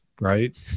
Right